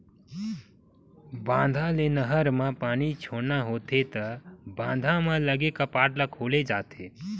बांधा ले नहर म पानी छोड़ना होथे त बांधा म लगे कपाट ल खोले जाथे